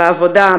בעבודה,